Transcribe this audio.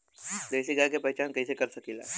देशी गाय के पहचान कइसे कर सकीला?